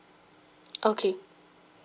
okay